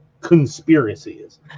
conspiracies